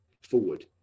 forward